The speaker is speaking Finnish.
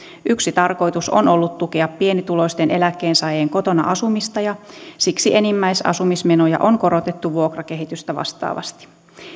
yksi tarkoitus on ollut tukea pienituloisten eläkkeensaajien kotona asumista ja siksi enimmäisasumismenoja on korotettu vuokrakehitystä vastaavasti